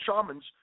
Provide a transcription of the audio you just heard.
shamans